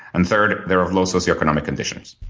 and, third, they're of low socioeconomic conditions.